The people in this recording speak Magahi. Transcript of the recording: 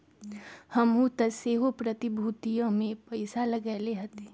हमहुँ तऽ सेहो प्रतिभूतिय में पइसा लगएले हती